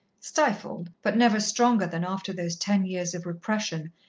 stifled, but never stronger than after those ten years of repression,